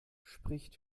spricht